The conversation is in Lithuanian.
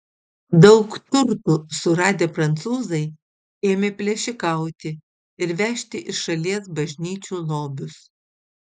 daug turtų suradę prancūzai ėmė plėšikauti ir vežti iš šalies bažnyčių lobius